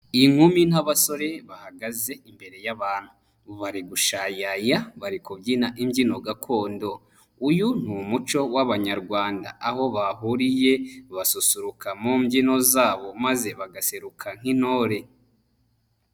Inkumi n'abasore bahagaze imbere y'abantu. Bari gushayaya, bari kubyina imbyino gakondo. Uyu ni umuco w'abanyarwanda aho bahuriye basusuruka mu mbyino zabo maze bagaseruka nk'intore.